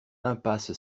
impasse